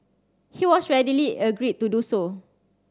he has readily agreed to do so